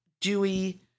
Dewey